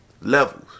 Levels